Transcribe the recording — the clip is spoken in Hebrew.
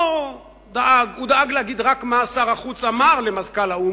הוא דאג להגיד רק מה שר החוץ אמר למזכ"ל האו"ם,